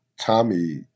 Tommy